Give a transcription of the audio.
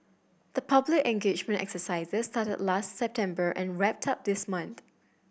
the public engagement exercises started last September and wrapped up this month